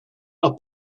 are